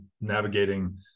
navigating